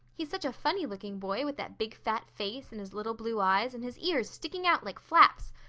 he's such a funny-looking boy with that big fat face, and his little blue eyes, and his ears sticking out like flaps.